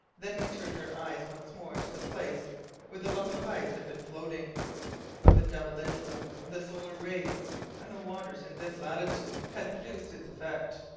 then we turned our eyes once more to the place where the lump of ice had been floating but the double influence of the solar rays and the waters in this latitude had produced its effect,